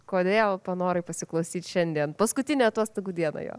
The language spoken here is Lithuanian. kodėl panorai pasiklausyt šiandien paskutinę atostogų dieną jo